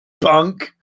Bunk